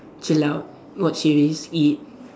chill out watch series eat